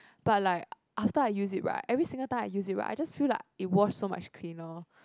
but like after I use it right every single time I use it right I just feel like it wash so much cleaner